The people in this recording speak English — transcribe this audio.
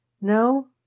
No